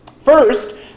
First